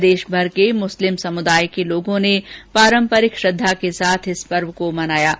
प्रदेशभर के मुस्लिम समुदाय के लोग पारम्परिक श्रद्वा के साथ इस पर्व को मना रहे है